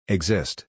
Exist